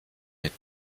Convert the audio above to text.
mit